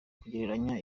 kugereranya